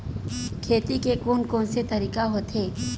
खेती के कोन कोन से तरीका होथे?